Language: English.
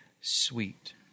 sweet